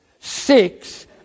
six